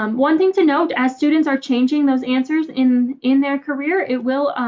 um one thing to note. as students are changing those answers in in their career, it will